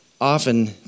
often